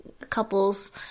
couples